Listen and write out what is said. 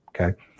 okay